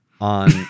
on